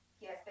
Yes